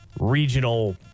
regional